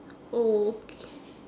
oh ok~